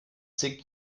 zig